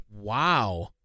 Wow